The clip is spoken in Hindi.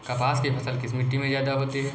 कपास की फसल किस मिट्टी में ज्यादा होता है?